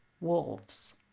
wolves